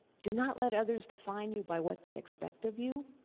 do not let other define you by what they expect of you,